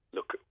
Look